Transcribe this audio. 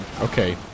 Okay